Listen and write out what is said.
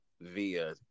via